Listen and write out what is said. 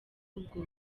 ubwo